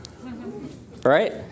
Right